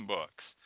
Books